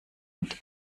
und